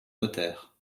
notaire